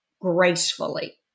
gracefully